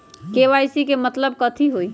KYC के मतलब कथी होई?